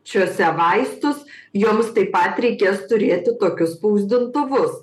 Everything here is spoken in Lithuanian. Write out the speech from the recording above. čiuose vaistus joms taip pat reikės turėti tokius spausdintuvus